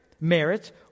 merit